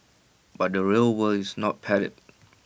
but the real world is not padded